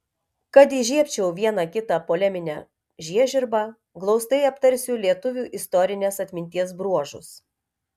kad įžiebčiau vieną kitą poleminę žiežirbą glaustai aptarsiu lietuvių istorinės atminties bruožus